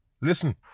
listen